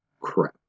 Crap